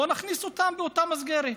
בואו נכניס אותם באותה מסגרת.